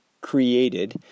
created